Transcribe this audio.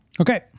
Okay